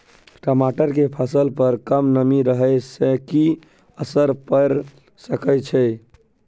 टमाटर के फसल पर कम नमी रहै से कि असर पैर सके छै?